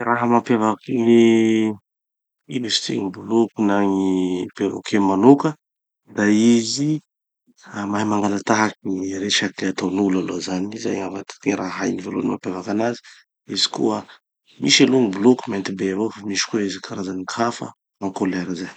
Gny raha mampiavaky gny, ino izy izy, gny boloko na gny perroquet manoka da izy mahay mangalatahaky gny resaky ataon'olo aloha zany. Zay gny raha hainy voalohany mampiavaky anazy. Izy koa, misy aloha gny boloko mainty be avao, fa misy koa izy karazany hafa, en couleur zay.